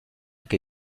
que